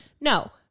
No